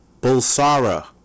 Bulsara